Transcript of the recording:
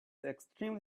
extremely